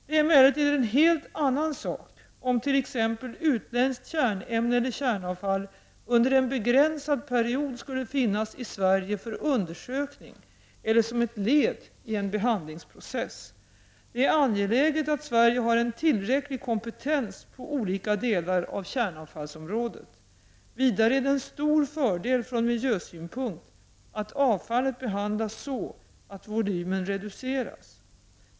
Det är emellertid en helt annan sak om t.ex. utländskt kärnämne eller kärnavfall under en begränsad period skulle finnas i Sverige för undersökning eller som ett led i en behandlingsproces. Det är angeläget att Sverige har en tillräcklig kompetens på olika delar av kärnavfallsområdet. Vidare är det en stor fördel från miljösynpunkt att avfallet behandlas så att volymen reduceras.